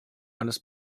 eines